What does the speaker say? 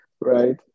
right